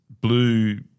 blue